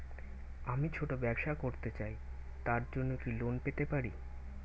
আমি ছোট ব্যবসা করতে চাই তার জন্য কি লোন পেতে পারি?